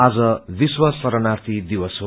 आज विश्व शरणार्थी दिवस हो